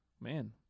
Man